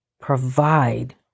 provide